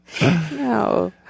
No